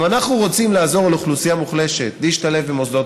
אם אנחנו רוצים לעזור לאוכלוסייה מוחלשת להשתלב במוסדות